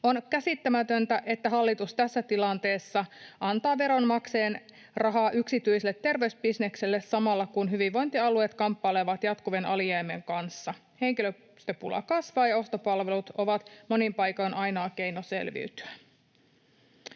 On käsittämätöntä, että hallitus tässä tilanteessa antaa veronmaksajien rahaa yksityiselle terveysbisnekselle samalla, kun hyvinvointialueet kamppailevat jatkuvien alijäämien kanssa. Henkilöstöpula kasvaa, ja ostopalvelut ovat monin paikoin ainoa keino selviytyä.